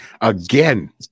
Again